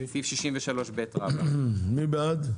סעיף 63ב. מי בעד?